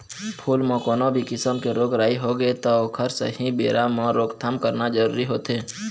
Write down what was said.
फूल म कोनो भी किसम के रोग राई होगे त ओखर सहीं बेरा म रोकथाम करना जरूरी होथे